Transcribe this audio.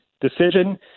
decision